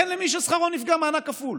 תן למי ששכרו נפגע מענק כפול.